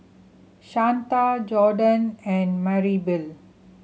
Shanta Jordon and Maribel